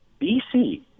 BC